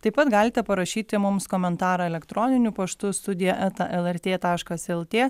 taip pat galite parašyti mums komentarą elektroniniu paštu studija eta lrt taškas lt